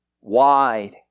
wide